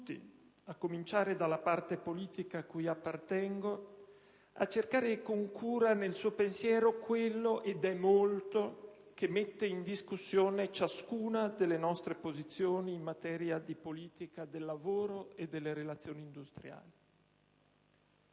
a cominciare dalla parte politica cui appartengo, a cercare con cura, nel suo pensiero, quello che mette in discussione ciascuna delle nostre posizioni in materia di politiche del lavoro e delle relazioni industriali.